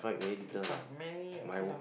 but many okay lah